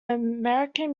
american